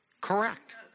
Correct